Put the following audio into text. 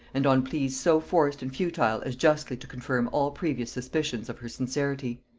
and on pleas so forced and futile as justly to confirm all previous suspicions of her sincerity.